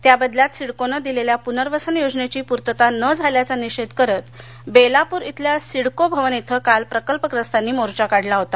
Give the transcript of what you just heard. त्याबदल्यात सिडकोने दिलेल्या पूर्नवसन योजनेची पूर्तता न झाल्याचा निषेध करत बेलापूर इथल्या सिडको भवन इथं काल प्रकल्पग्रस्तांनी मोर्चा काढला होता